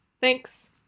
Thanks